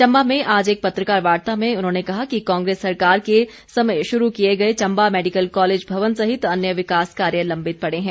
चम्बा में आज एक पत्रकार वार्ता में उन्होंने कहा कि कांग्रेस सरकार के समय शुरू किए गए चम्बा मैडिकल कॉलेज भवन सहित अन्य विकास कार्य लम्बित पड़े हैं